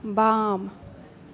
बाम